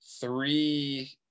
three